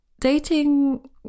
Dating